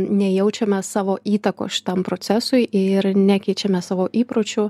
nejaučiame savo įtakos šitam procesui ir nekeičiame savo įpročių